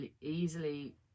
easily